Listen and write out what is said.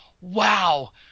wow